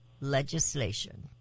legislation